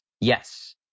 Yes